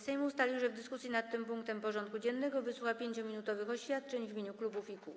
Sejm ustalił, że w dyskusji nad tym punktem porządku dziennego wysłucha 5-minutowych oświadczeń w imieniu klubów i kół.